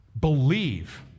believe